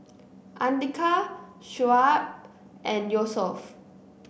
Andika Shoaib and Yusuf